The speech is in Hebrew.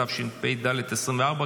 התשפ"ד 2024,